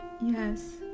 yes